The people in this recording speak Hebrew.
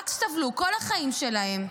רק סבלו כל החיים שלהם,